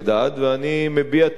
ואני מביע תקווה